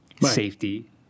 safety